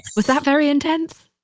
was that very intense?